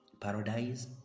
paradise